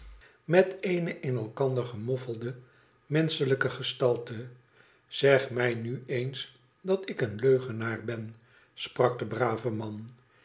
met eene in elkander gemoffelde menschelijke gestalte izeg mij nu eens dat ik een leugenaar ben sprak de brave man